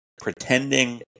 pretending